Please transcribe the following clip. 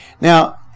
Now